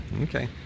Okay